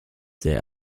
sehr